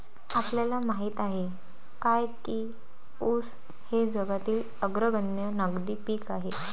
आपल्याला माहित आहे काय की ऊस हे जगातील अग्रगण्य नगदी पीक आहे?